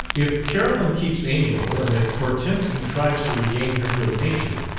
if carolyn keeps amiable and if hortense contrives to regain her good-nature,